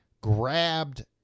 grabbed